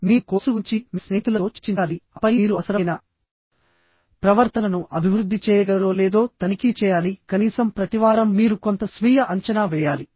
మీరు కోర్సు గురించి మీ స్నేహితులతో చర్చించాలి ఆపై మీరు అవసరమైన ప్రవర్తనను అభివృద్ధి చేయగలరో లేదో తనిఖీ చేయాలి కనీసం ప్రతి వారం మీరు కొంత స్వీయ అంచనా వేయాలి